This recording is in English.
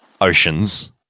oceans